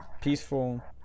Peaceful